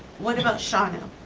what about shawano?